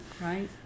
Right